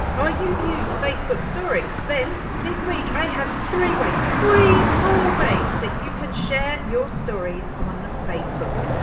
are you new to facebook stories? then this week i have three ways, three whole ways that you can share your stories on facebook.